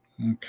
Okay